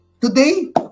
Today